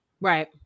Right